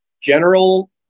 general